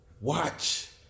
watch